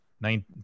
nine